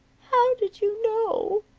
how did you know?